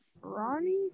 Ronnie